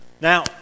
Now